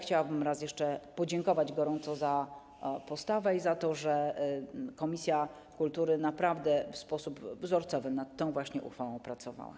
Chciałabym raz jeszcze podziękować gorąco za postawę i za to, że komisja kultury naprawdę w sposób wzorcowy nad tą uchwałą pracowała.